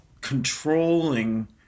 controlling